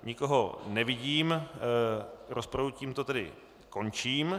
Nikoho nevidím, rozpravu tímto tedy končím.